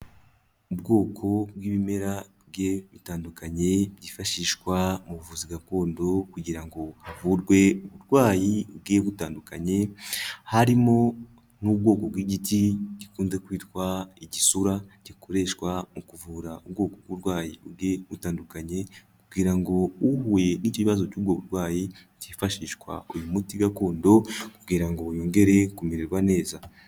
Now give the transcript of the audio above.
Ubwoko bw'ibimera bitandukanye, byifashishwa mu buvuzi gakondo, kugira ngo havurwe uburwayi bugiye butandukanye, harimo n'ubwoko bw'igiti gikunze kwitwa igisura, gikoreshwa mu kuvura ubwoko bw'uburwayi bugiye butandukanye, kugira ngo uhuye n'ikibazo cy'ubbwo burwayi, hifashishwa uyu muti gakondo, kugira ngo yongere kumererwa neza.